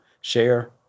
share